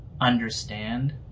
understand